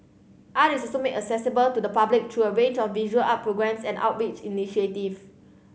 art is also made accessible to the public through a range of visual up programmes and outreach initiative